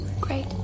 Great